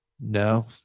No